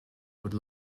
would